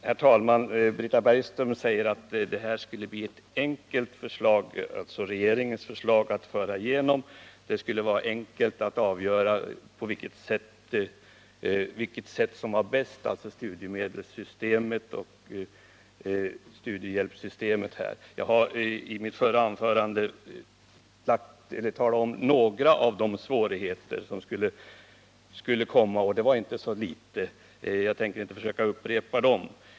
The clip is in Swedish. Herr talman! Britta Bergström säger att regeringens förslag skulle bli enkelt att genomföra. Det skulle vara enkelt att avgöra vilket som var bäst — studiemedelssystemet eller studiehjälpssystemet. I mitt förra anförande har jag talat om några av de svårigheter som skulle uppstå, och det var inte så litet. Jag tänker inte försöka upprepa det.